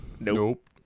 Nope